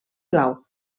blau